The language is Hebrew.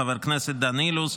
חבר הכנסת דן אילוז,